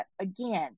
again